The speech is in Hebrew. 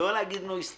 לא להגיד נו, הסתדרו,